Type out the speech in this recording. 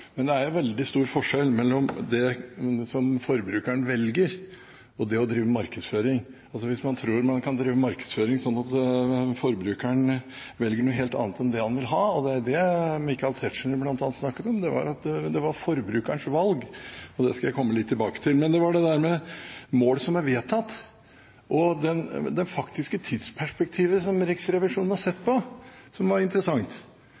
men det er veldig stor forskjell på det som forbrukeren velger, og det å drive med markedsføring slik at forbrukeren velger noe helt annet det han vil ha. Det var jo det Michael Tetzschner bl.a. snakket om, at det var forbrukerens valg, og det skal jeg komme litt tilbake til. Men det var målene som er vedtatt, og det faktiske tidsperspektivet, som Riksrevisjonen har sett på, som var interessant.